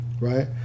right